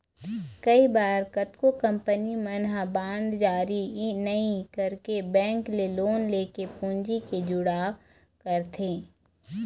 कई बार कतको कंपनी मन ह बांड जारी नइ करके बेंक ले लोन लेके पूंजी के जुगाड़ करथे